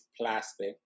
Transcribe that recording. plastic